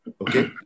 okay